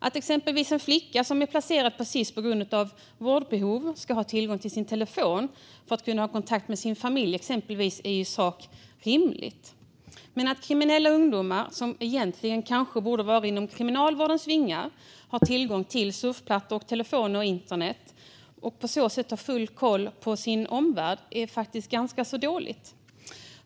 Att exempelvis en flicka som är placerad på Sis på grund av vårdbehov ska ha tillgång till sin telefon för att kunna ha kontakt med sin familj är i sak rimligt, men att kriminella ungdomar - som kanske egentligen borde befinna sig under kriminalvårdens vingar - har tillgång till surfplattor, telefoner och internet, och på så sätt har full koll på sin omvärld, är faktiskt ganska dåligt.